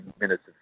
minutes